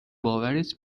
باورت